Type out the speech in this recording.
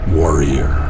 warrior